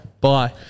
Bye